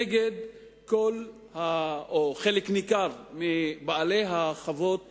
נגד חלק ניכר מבעלי חוות